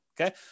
Okay